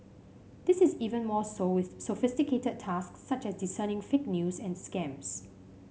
this is even more so with sophisticated tasks such as discerning fake news and scams